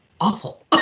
awful